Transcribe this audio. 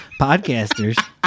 podcasters